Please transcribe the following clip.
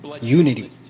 unity